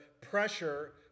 pressure